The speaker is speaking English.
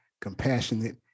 compassionate